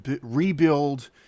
rebuild